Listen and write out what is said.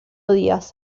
días